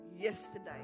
yesterday